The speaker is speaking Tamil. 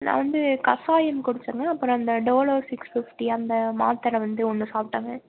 நான் வந்து கஷாயம் குடித்தேங்க அப்புறம் அந்த டோலோ சிக்ஸ் ஃபிஃப்ட்டி அந்த மாத்திர வந்து ஒன்று சாப்பிட்டேங்க